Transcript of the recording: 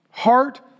heart